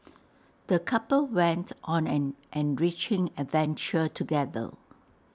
the couple went on an enriching adventure together